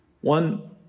One